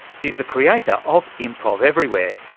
he's the creator of improv everywhere,